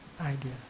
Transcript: idea